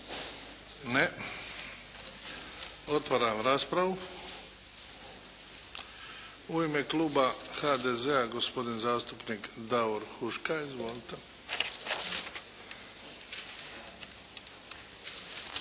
Ne. Otvaram raspravu. U ime kluba HDZ-a gospodin zastupnik Davor Huška. Izvolite.